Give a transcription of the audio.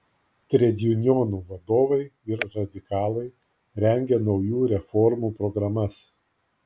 tredjunionų vadovai ir radikalai rengė naujų reformų programas